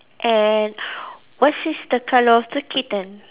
and what is the colour of the kitten